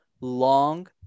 long